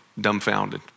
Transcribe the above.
dumbfounded